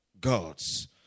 God's